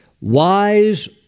Wise